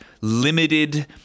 limited